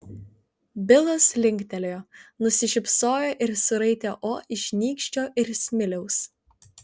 bilas linktelėjo nusišypsojo ir suraitė o iš nykščio ir smiliaus